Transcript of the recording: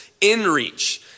inreach